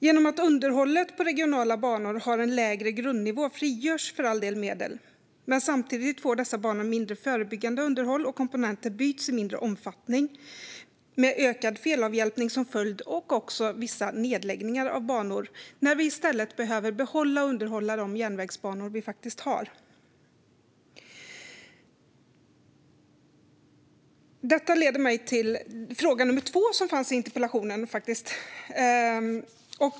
Genom att underhållet på regionala banor har en lägre grundnivå frigörs för all del medel, men samtidigt får dessa banor mindre förebyggande underhåll och komponenter byts i mindre omfattning med ökad felavhjälpning och nedläggning av vissa banor som följd. I stället behöver vi behålla och underhålla de järnvägsbanor vi har. Detta leder mig till den andra fråga jag ställde i interpellationen.